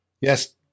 Yes